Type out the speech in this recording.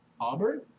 Auburn